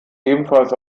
ebenfalls